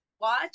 watch